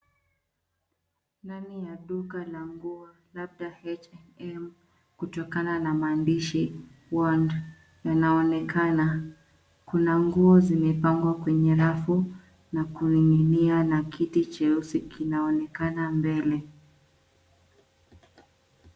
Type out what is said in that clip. Ndani ya duka la nguo labda H and M kutokana na maandishi wand linaonekana. Kuna nguo zimepangwa kwenye rafu na kuning'inia na kiti cheusi kinaonekana mbele.